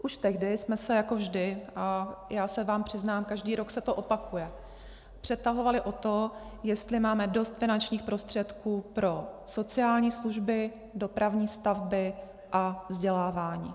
Už tehdy jsme se jako vždy, a já se vám přiznám, každý rok se to opakuje, přetahovali o to, jestli máme dost finančních prostředků pro sociální služby, dopravní stavby a vzdělávání.